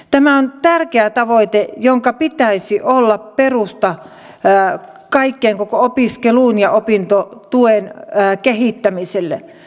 tämä on tärkeä tavoite jonka pitäisi olla perusta kaikelle koko opiskelulle ja opintotuen kehittämiselle